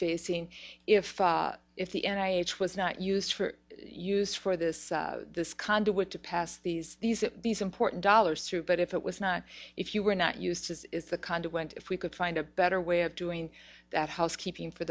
facing if if the n a s was not used for use for this this conduit to pass these these these important dollars through but if it was not if you were not used as is the kind of went if we could find a better way of doing that housekeeping for